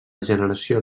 generació